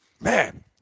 Man